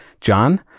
John